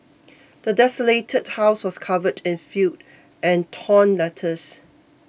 the desolated house was covered in filth and torn letters